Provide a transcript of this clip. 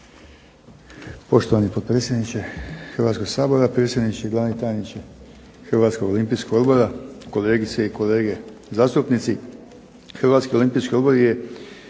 Poštovani potpredsjedniče Hrvatskoga sabora, predsjedniče i glavni tajniče Hrvatskog olimpijskog odbora, kolegice i kolege zastupnici. Hrvatski olimpijski odbor je